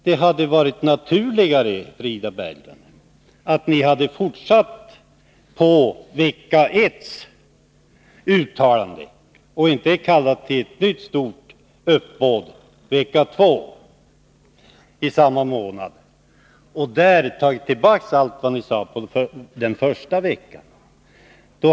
Det hade varit naturligare, Frida Berglund, om ni hade fortsatt att arbeta efter uttalandet från vecka 1 och inte kallat till ett nytt stort uppåd vecka 2 i samma månad för att ta tillbaka allt vad ni sade den första veckan.